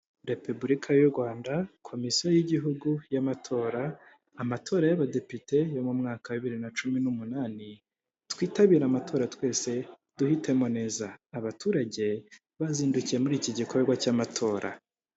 Repubulika y' u Rwanda, komisiyo y'igihugu y'amatora, amatora y'abadepite yo mu mwaka wa bibiri na cumi n'umunani, twitabire amatora twese duhitemo neza, abaturage bazindukiye muri iki gikorwa cy'amatora.